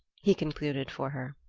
he concluded for her.